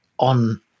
On